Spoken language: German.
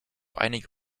einige